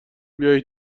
بیای